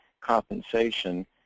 compensation